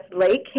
Lake